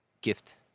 gift